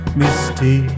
misty